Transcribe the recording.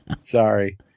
Sorry